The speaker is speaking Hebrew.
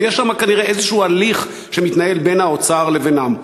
יש שם כנראה איזה הליך שמתנהל בין האוצר לבינם,